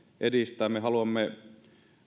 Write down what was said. edistää me haluamme